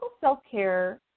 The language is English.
self-care